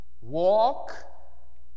walk